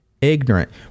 ignorant